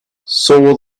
saw